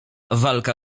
walka